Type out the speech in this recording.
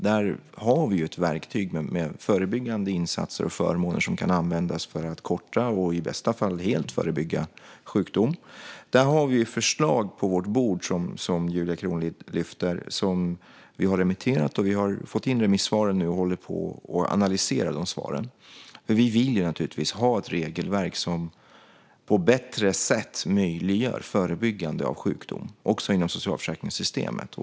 Där har vi ett verktyg med förebyggande insatser och förmåner som kan användas för att korta och i bästa fall helt förebygga sjukdom. Och det finns förslag om detta på vårt bord, som Julia Kronlid lyfter fram, som vi har remitterat. Vi har nu fått in remissvaren och håller på att analysera dessa svar. Vi vill naturligtvis ha ett regelverk som på ett bättre sätt möjliggör förebyggande av sjukdom också inom socialförsäkringssystemet.